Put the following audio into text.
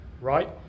right